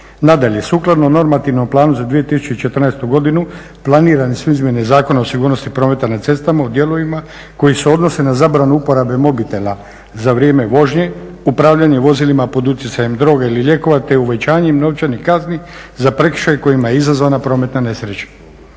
Nadalje, sukladno normativnom planu za 2014. godinu planirane su Izmjene zakona o sigurnosti prometa na cestama u dijelovima koji se odnose na zabranu uporabe mobitela za vrijeme vožnje, upravljanje vozilima pod utjecajem droge ili lijekova te uvećanjem novčanih kazni za prekršaj kojima je izazvana prometna nesreća.